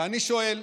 ואני שואל: